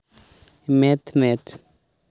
ᱢᱮᱫ ᱢᱮᱫ